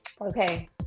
okay